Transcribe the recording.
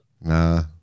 Nah